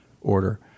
order